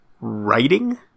writing